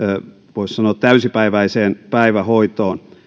voisi sanoa täysipäiväiseen päivähoitoon